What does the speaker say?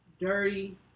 dirty